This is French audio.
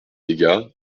aygas